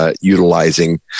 utilizing